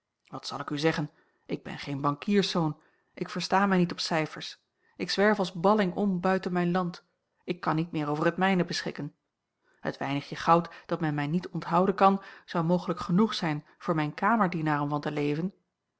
wat zal ik u zeggen ik ben geen bankierszoon ik versta mij niet op cijfers ik zwerf als balling om buiten mijn land ik kan niet meer over het mijne beschikken het weinigje a l g bosboom-toussaint langs een omweg goud dat men mij niet onthouden kan zou mogelijk genoeg zijn voor mijn kamerdienaar om van te leven